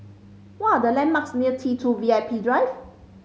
what are the landmarks near T Two V I P Drive